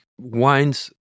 wines